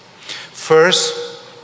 First